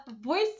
voice